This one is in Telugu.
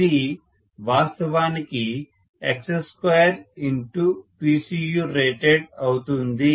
ఇది వాస్తవానికి 2PCUrated అవుతుంది